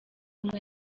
umwe